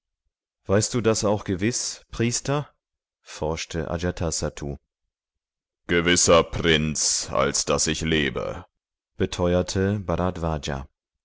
weißt du das auch gewiß priester forschte ajatasattu gewisser prinz als daß ich lebe beteuerte